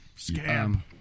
Scam